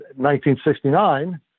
1969